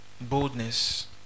boldness